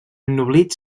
ennoblit